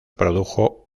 produjo